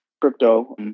crypto